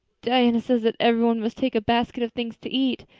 diana says that everybody must take a basket of things to eat.